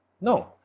No